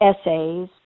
essays